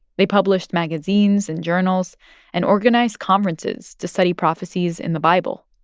they published magazines and journals and organized conferences to study prophecies in the bible.